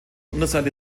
unterseite